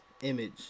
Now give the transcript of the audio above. image